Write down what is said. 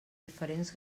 diferents